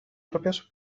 propios